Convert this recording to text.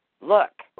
look